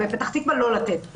בפתח תקווה לא לתת שירות.